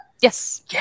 Yes